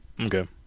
Okay